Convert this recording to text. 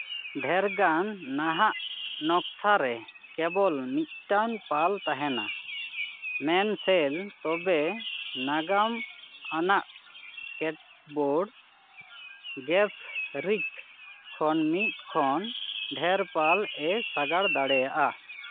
ᱰᱷᱮᱨᱜᱟᱱ ᱱᱟᱦᱟᱜ ᱱᱚᱠᱥᱟ ᱨᱮ ᱠᱮᱵᱚᱞ ᱢᱤᱫᱴᱟᱱ ᱯᱟᱞ ᱛᱟᱦᱮᱱᱟ ᱢᱮᱱᱥᱮᱞ ᱛᱚᱵᱮ ᱱᱟᱜᱟᱢ ᱟᱱᱟᱜ ᱠᱮᱴᱵᱳᱨᱰ ᱜᱮᱯᱷ ᱨᱤᱯᱷ ᱠᱷᱚᱱ ᱢᱤᱫ ᱠᱷᱚᱱ ᱰᱷᱮᱨ ᱯᱟᱞ ᱮ ᱥᱟᱜᱟᱲ ᱫᱟᱲᱮᱭᱟᱜᱼᱟ